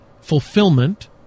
fulfillment